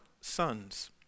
sons